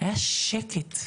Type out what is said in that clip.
היה שקט,